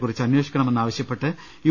ക്കുറിച്ച് അന്വേഷിക്കണമെന്നാവശ്യപ്പെട്ട് യു